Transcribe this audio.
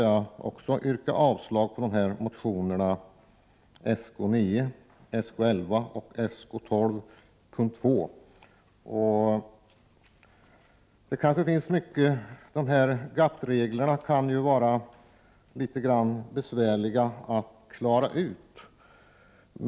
Jag yrkar avslag på motionerna Sk9, 11 och 12 p. 2. Reglerna i GATT-avtalet kan vara litet besvärliga att klara ut.